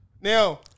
Now